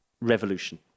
revolution